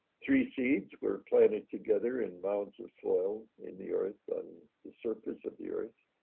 three seeds were planted together in mounds of soil in the earth on the surface of the earth,